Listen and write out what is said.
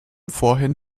vorhin